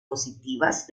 positivas